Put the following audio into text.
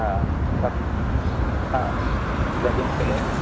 हा हा गजरूं किलो